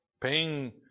paying